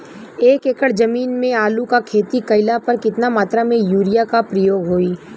एक एकड़ जमीन में आलू क खेती कइला पर कितना मात्रा में यूरिया क प्रयोग होई?